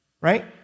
Right